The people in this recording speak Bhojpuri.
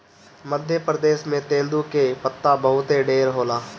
मध्य प्रदेश में तेंदू के पत्ता बहुते ढेर होला